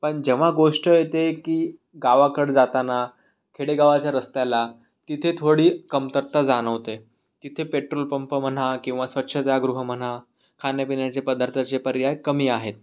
पण जेव्हा गोष्ट येते की गावाकडं जाताना खेडेगावाच्या रस्त्याला तिथे थोडी कमतरता जाणवते तिथे पेट्रोल पंप म्हणा किंवा स्वच्छतागृह म्हणा खाण्यापिण्याचे पदार्थाचे पर्याय कमी आहेत